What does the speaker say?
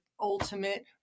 ultimate